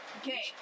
Okay